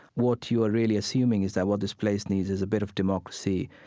what you are really assuming is that what this place needs is a bit of democracy,